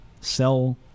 sell